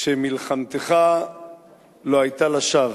שמלחמתך לא היתה לשווא.